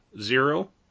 Zero